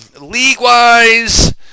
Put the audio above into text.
League-wise